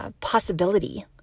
possibility